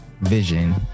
vision